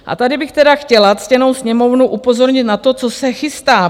A tady bych tedy chtěla ctěnou Sněmovnu upozornit na to, co se chystá.